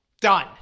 done